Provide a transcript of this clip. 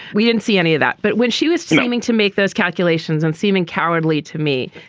we didn't see any of that. but when she was seeming to make those calculations and seeming cowardly to me,